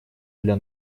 для